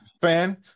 fan